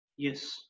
Yes